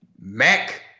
Mac